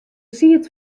siet